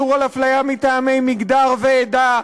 איסור על הפליה מטעמי מגדר ועדה,